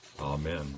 Amen